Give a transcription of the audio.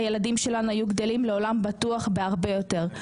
הילדים שלנו היו גדלים לעולם בטוח בהרבה יותר.